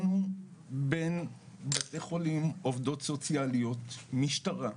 עבדתי עם נוער במצוקה, נוער עבריין,